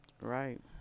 Right